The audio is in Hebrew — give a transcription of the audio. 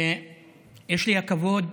יש לי הכבוד